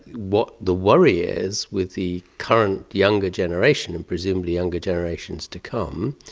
what the worry is with the current younger generation and presumably younger generations to come,